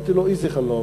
אמרתי לו: איזה חלום?